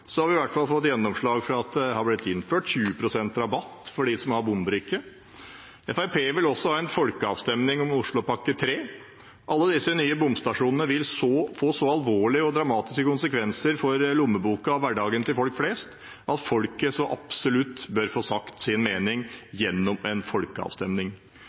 så alvorlige og dramatiske konsekvenser for lommeboken og hverdagen til folk flest at folket så absolutt bør få sagt sin mening gjennom en folkeavstemning.